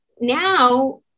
now